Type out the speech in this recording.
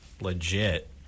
legit